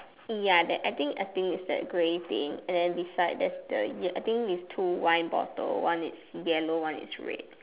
ya that I think I think is the grey thing and then beside there's the yel I think is two wine bottles one is yellow one is red